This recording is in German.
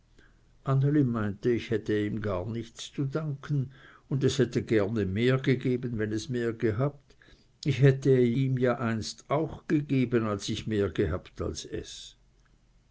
meinte ich hätte ihm gar nichts zu danken und es hätte gerne mehr gegeben wenn es mehr gehabt ich hätte ihm ja einist auch gegeben als ich mehr gehabt als es